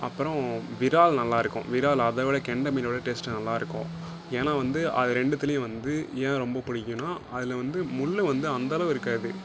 அப்புறம் விரால் நல்லாயிருக்கும் விரால் அதை விட கெண்டை மீனை விட டேஸ்ட் நல்லாயிருக்கும் ஏன்னா வந்து அது ரெண்டுத்துலேயும் வந்து ஏன் ரொம்ப பிடிக்கும்னா அதில் வந்து முள் வந்து அந்த அளவு இருக்காது